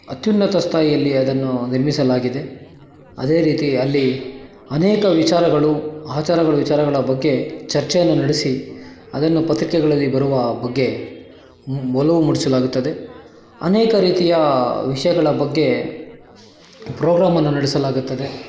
ಅತ್ಯುನ್ನತ ಸ್ಥಾಯಿಯಲ್ಲಿ ಅದನ್ನು ನಿರ್ಮಿಸಲಾಗಿದೆ ಅದೇ ರೀತಿ ಅಲ್ಲಿ ಅನೇಕ ವಿಚಾರಗಳು ಆಚಾರಗಳು ವಿಚಾರಗಳ ಬಗ್ಗೆ ಚರ್ಚೆಯನ್ನು ನಡೆಸಿ ಅದನ್ನು ಪತ್ರಿಕೆಗಳಲ್ಲಿ ಬರುವ ಬಗ್ಗೆ ಮು ಒಲವು ಮೂಡಿಸಲಾಗುತ್ತದೆ ಅನೇಕ ರೀತಿಯ ವಿಷಯಗಳ ಬಗ್ಗೆ ಪ್ರೋಗ್ರಾಮನ್ನು ನಡೆಸಲಾಗತ್ತದೆ